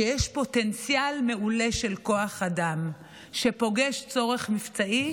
שיש פוטנציאל מעולה של כוח אדם שפוגש צורך מבצעי,